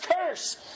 curse